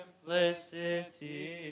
simplicity